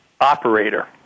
operator